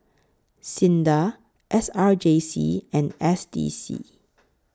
SINDA S R J C and S D C